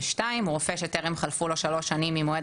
ו-(2) הוא רופא שטרם חלפו שלוש שנים ממועד